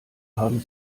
haben